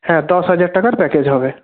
হ্যাঁ দশ হাজার টাকার প্যাকেজ হবে